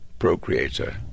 procreator